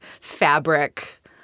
fabric